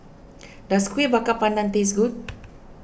does Kueh Bakar Pandan taste good